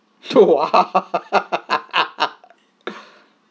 !wah!